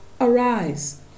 arise